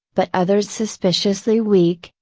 but others suspiciously weak,